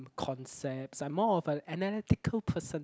concepts I'm more of a analytical person